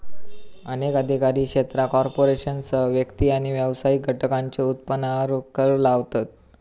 अनेक अधिकार क्षेत्रा कॉर्पोरेशनसह व्यक्ती आणि व्यावसायिक घटकांच्यो उत्पन्नावर कर लावतत